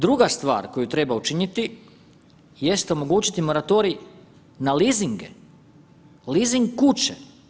Druga stvar koju treba učiniti jeste omogućiti moratorij na leasinge, leasing kuće.